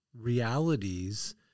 realities